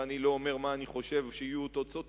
ואני לא אומר מה אני חושב שיהיו תוצאותיו,